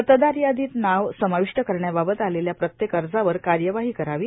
मतदार यादोत नावं सर्मावष्ट करण्याबाबत आलेल्या प्रत्येक अजावर कायवाहां करावी